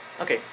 okay